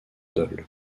dole